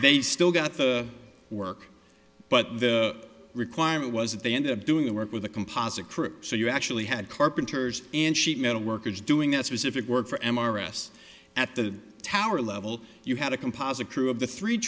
they still got the work but the requirement was that they ended up doing the work with a composite crew so you actually had carpenters and sheet metal workers doing that specific work for m r s at the tower level you had a composite crew of the three